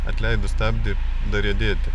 atleidus stabdį dariedėti